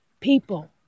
people